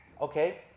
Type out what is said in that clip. Okay